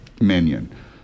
minion